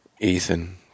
Ethan